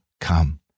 come